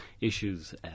issues